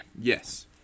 Yes